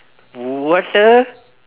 w~ what the